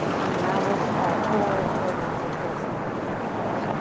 unravel to all fours or downward facing dog, your choice.